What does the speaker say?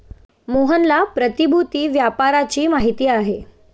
मोहनला प्रतिभूति व्यापाराची माहिती आहे